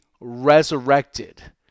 resurrected